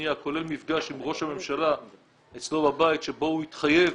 השנייה כולל מפגש עם ראש הממשלה אצלו בבית שבו הוא התחייב